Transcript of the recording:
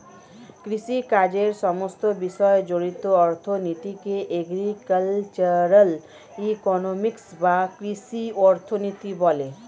কৃষিকাজের সমস্ত বিষয় জড়িত অর্থনীতিকে এগ্রিকালচারাল ইকোনমিক্স বা কৃষি অর্থনীতি বলে